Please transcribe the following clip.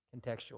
contextual